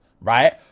right